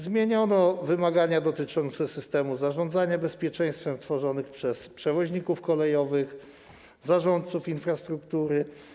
Zmieniono wymagania dotyczące systemu zarządzania bezpieczeństwem tworzone przez przewoźników kolejowych czy zarządców infrastruktury.